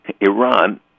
Iran